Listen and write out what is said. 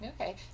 okay